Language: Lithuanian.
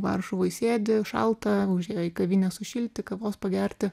varšuvoj sėdi šalta užėjo į kavinę sušilti kavos pagerti